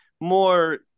more